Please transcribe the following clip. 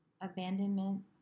abandonment